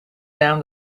down